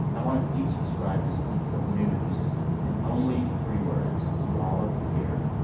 i want us each to describe this week of news in only three words. you all have prepared.